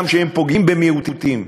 גם כשהם פוגעים במיעוטים?